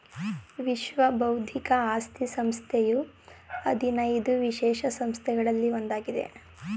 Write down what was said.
ವಿಶ್ವ ಬೌದ್ಧಿಕ ಆಸ್ತಿ ಸಂಸ್ಥೆಯು ಹದಿನೈದು ವಿಶೇಷ ಸಂಸ್ಥೆಗಳಲ್ಲಿ ಒಂದಾಗಿದೆ